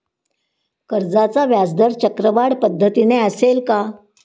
कर्जाचा व्याजदर चक्रवाढ पद्धतीने असेल का?